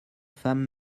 femmes